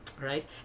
right